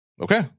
Okay